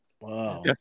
Wow